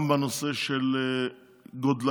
גם בנושא של גודלה,